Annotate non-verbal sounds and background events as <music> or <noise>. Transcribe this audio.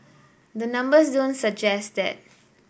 the numbers <unintelligible> suggest that